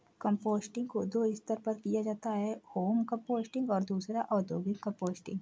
composting को दो स्तर पर किया जाता है होम कंपोस्टिंग और दूसरा औद्योगिक कंपोस्टिंग